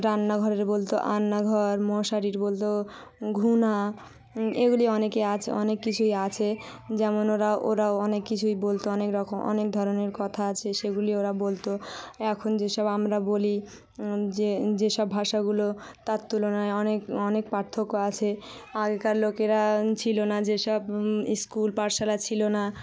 রান্নাঘরের বলতো আন্নাঘর মশারির বলতো ঘুণা এগুলি অনেকে আছে অনেক কিছুই আছে যেমন ওরা ওরাও অনেক কিছুই বলতো অনেক রকম অনেক ধরনের কথা আছে সেগুলি ওরা বলতো এখন যেসব আমরা বলি যে যেসব ভাষাগুলো তার তুলনায় অনেক অনেক পার্থক্য আছে আগেকার লোকেরা ছিলো না যেসব স্কুল পাঠশালা ছিলো না